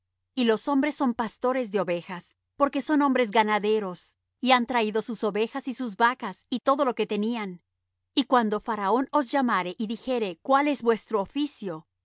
y los hombres son pastores de ovejas porque son hombres ganaderos y han traído sus ovejas y sus vacas y todo lo que tenían y cuando faraón os llamare y dijere cuál es vuestro oficio